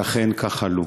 ואכן, כך, עלו.